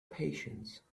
patience